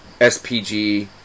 SPG